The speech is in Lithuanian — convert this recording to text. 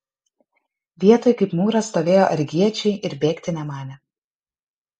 vietoj kaip mūras stovėjo argiečiai ir bėgti nemanė